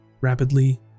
rapidly